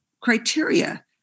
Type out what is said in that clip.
criteria